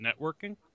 networking